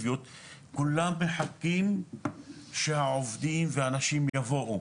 כולם מחכים שהעובדים והאנשים יבואו.